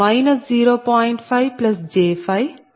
5j5 1